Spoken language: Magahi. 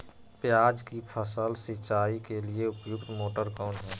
प्याज की फसल सिंचाई के लिए उपयुक्त मोटर कौन है?